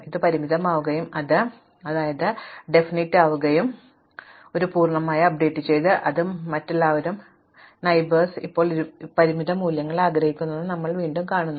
അതിനാൽ ഇത് പരിമിതമാവുകയും ഇവ അനന്തമായിത്തീരുകയും ചെയ്യും ഇപ്പോൾ നിങ്ങൾ ഒരു പൂർണ്ണമായ അപ്ഡേറ്റുകൾ ചെയ്തു അതിൽ മറ്റെല്ലാവരും അയൽവാസികൾക്ക് ഇപ്പോൾ ചില പരിമിത മൂല്യങ്ങൾ ആഗ്രഹിക്കുന്നു ഇപ്പോൾ നിങ്ങൾ ഇത് വീണ്ടും ചെയ്യുന്നു